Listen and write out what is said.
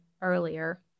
earlier